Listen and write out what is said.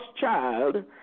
child